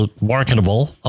marketable